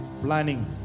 planning